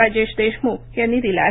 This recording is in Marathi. राजेश देशम्ख यांनी दिला आहे